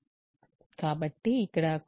కాబట్టి ఇక్కడ కోయెఫిషియంట్స్ 3 2 8